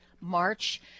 March